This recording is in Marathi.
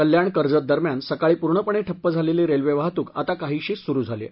कल्याण कर्जत दरम्यान सकाळी पूर्णपणे ठप्प झालेली रेल्वे वाहतूक आता काहीशी सुरु झाली आहे